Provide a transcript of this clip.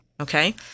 Okay